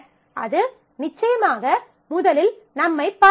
அது நிச்சயமாக முதலில் நம்மைப் பார்க்க வைக்கும்